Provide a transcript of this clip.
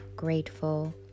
grateful